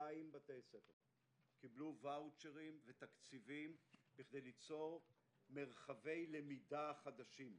קיבלו ואוצ'רים ותקציבים כדי ליצור מרחבי למידה חדשים.